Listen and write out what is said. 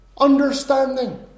understanding